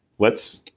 let's,